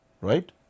Right